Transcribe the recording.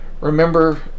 remember